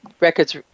records